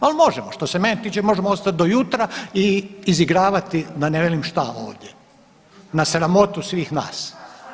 Ali možemo, što se mene tiče možemo ostati do jutra i izigravati da ne velim šta ovdje na sramotu svih nas.